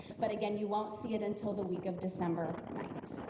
but again you won't see it until the week of december ninth.